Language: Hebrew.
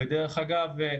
ודרך אגב,